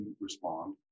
respond